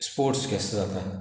sports केश जाता